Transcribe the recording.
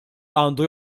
għandu